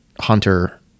Hunter